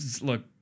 Look